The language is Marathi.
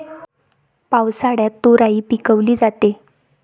पावसाळ्यात तोराई पिकवली जाते